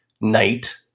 night